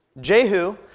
Jehu